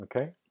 Okay